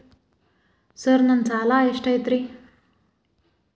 Sir ನನ್ನ ಸಾಲಾ ಎಷ್ಟು ಐತ್ರಿ?